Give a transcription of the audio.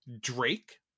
Drake